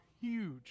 huge